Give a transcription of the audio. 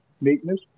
meekness